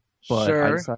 Sure